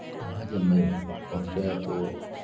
वहाँ जब मैं पहुँचा तो